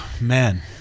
man